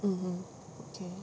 mmhmm okay